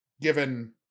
Given